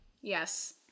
yes